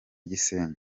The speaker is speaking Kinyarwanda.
gisenyi